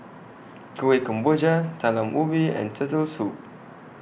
Kuih Kemboja Talam Ubi and Turtle Soup